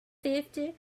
fifty